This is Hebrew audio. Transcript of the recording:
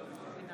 אינה